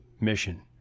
mission